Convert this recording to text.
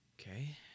Okay